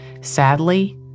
Sadly